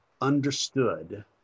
understood